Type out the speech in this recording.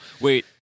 Wait